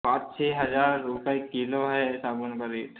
पाँच छः हजार रुपये किलो है सागवान का रेट